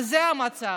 זה המצב.